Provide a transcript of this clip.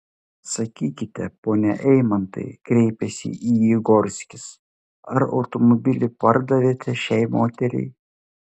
sakykite pone eimantai kreipėsi į jį gorskis ar automobilį pardavėte šiai moteriai